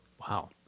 Wow